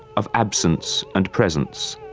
of absence and presence,